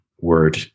word